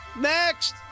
next